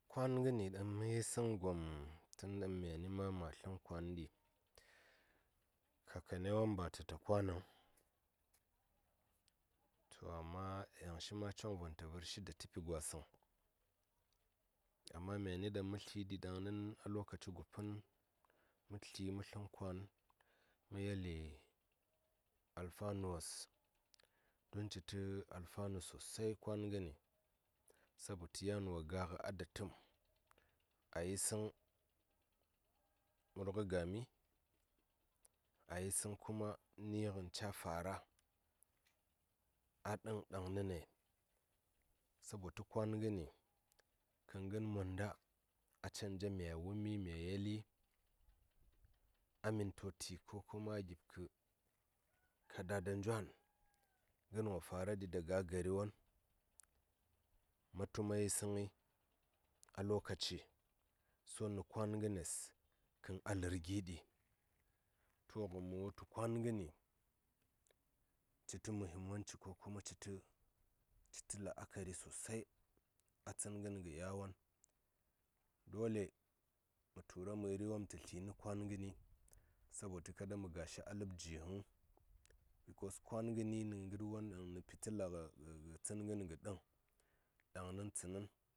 Kwan ngəni ɗaŋ mə yi səŋ gom tun ɗaŋ myani ma ma sən kwandi kakani wom ba tə ta kwanəŋ to amma yaŋ shi ma choŋvon ta vər shi da təpi gwa səŋ amma myani ɗaŋ mə tliɗi a lokaci go pən mə tli mə səŋ kwan mə yeli alfano wos don citə alfano sosai sabotu yan wo ga ngə a datəm a yi səŋ mur ngə gami a yisəŋ kuma ni ngən ca fara a ɗəŋ ɗaŋ ni ne sabo tə kwan gəni kən gən monda a canjai mya wumimya yeli a mintoti ko kuma a gib kə kadada njwan ngən wo fara ɗi daga a gari won ma tu ma yisə ngəi a lokaciso nə kwan gənes kən a lər gi ɗi to ngən mə wutu kwan ngəni citə muhimmanci ko kuma citə la, akari sosai a tsən ngən kə yawon dole mə turaməri wom tə tlə nə kwan ngəni sabotu kaɗa mə ga shi a ləbgi vəuŋ bikos kwan ngəni nə ngər won ɗaŋ pitəla ngə tsən ngən gə ɗəŋ ɗaŋnin tsənin.